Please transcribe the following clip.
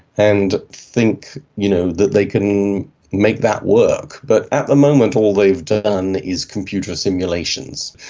and think you know that they can make that work. but at the moment all they've done is computer simulations.